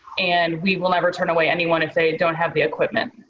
and we will ever turn away anyone if they don't have the equipment.